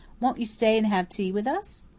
won't you stay and have tea with us?